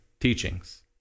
teachings